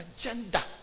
agenda